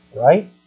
Right